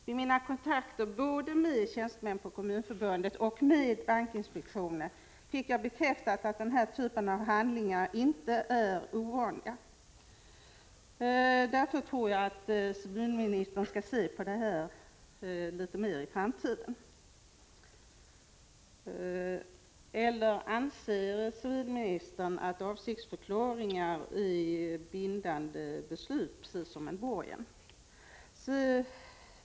Vid mina kontakter både med tjänstemän på Kommunförbundet och med bankinspektionen har jag fått bekräftat att den här typen av handlingar inte är ovanliga. Civilministern bör därför se noga på det här. Eller anser civilministern att avsiktsförklaringar är bindande beslut, precis som ett borgensåtagande?